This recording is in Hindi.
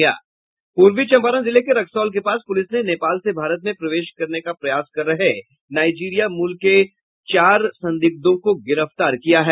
पूर्वी चंपारण जिले के रक्सौल के पास पुलिस ने नेपाल से भारत में प्रवेश करने का प्रयास कर रहे नाइजिरिया मूल के चार संदिग्धों को गिरफ्तार किया है